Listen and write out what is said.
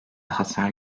hasar